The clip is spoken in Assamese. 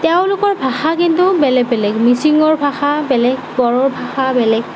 তেওঁলোকৰ ভাষা কিন্তু বেলেগ বেলেগ মিচিংৰ ভাষা বেলেগ বড়োৰ ভাষা বেলেগ